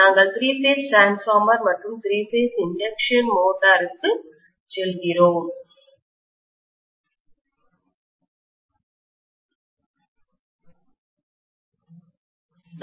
நாங்கள் three phase transformer மற்றும் three phase induction மோட்டருக்கு செல்கிறோம்